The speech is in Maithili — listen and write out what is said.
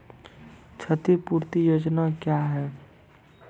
क्षतिपूरती योजना क्या हैं?